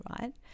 right